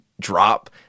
drop